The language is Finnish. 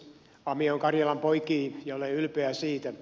mie oon karjalan poikii ja olen ylpeä siitä